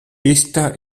esta